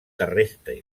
terrestres